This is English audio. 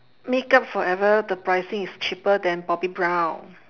makeup forever the pricing is cheaper than bobbi brown